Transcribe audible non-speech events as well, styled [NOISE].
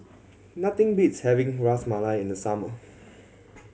nothing beats having Ras Malai in the summer [NOISE]